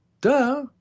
Duh